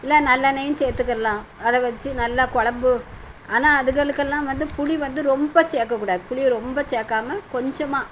இல்லை நல்லெண்ணெயும் சேர்த்துக்கிடலாம் அதை வைச்சு நல்லா கொழம்பு ஆனால் அதுகளுக்கெலாம் வந்து புளி வந்து ரொம்ப சேர்க்கக்கூடாது புளியை ரொம்ப சேர்க்காம கொஞ்சமாக